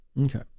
Okay